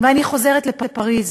ואני חוזרת לפריז,